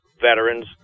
veterans